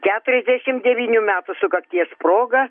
keturiasdešimt devynių metų sukakties proga